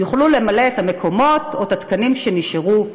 יוכלו למלא את המקומות או את התקנים שנשארו בתאגיד,